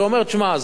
שאומר: שמע,